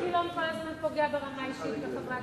למה חבר הכנסת גילאון כל הזמן פוגע ברמה אישית בחברי הכנסת?